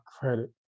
credit